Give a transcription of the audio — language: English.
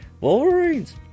Wolverines